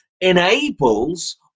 enables